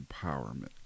empowerment